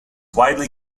widely